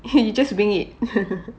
hey you just wing it